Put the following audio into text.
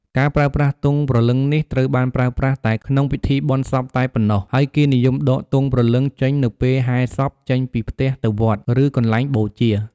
ការប្រើប្រាស់ទង់ព្រលឺងនេះ ត្រូវបានប្រើប្រាស់តែក្នុងពិធីបុណ្យសពតែប៉ុណ្ណោះ ហើយគេនិយមដកទង់ព្រលឹងចេញនៅពេលហែរសពចេញពីផ្ទះទៅវត្ត ឬកន្លែងបូជា។